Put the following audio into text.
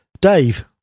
dave